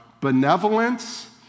benevolence